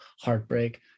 heartbreak